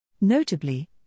Notably